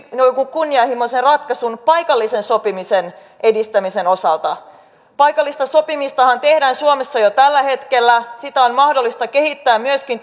kunnianhimoisen ratkaisun paikallisen sopimisen edistämisen osalta paikallista sopimistahan tehdään suomessa jo tällä hetkellä sitä on mahdollista kehittää myöskin